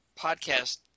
podcast